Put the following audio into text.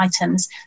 items